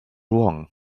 wrong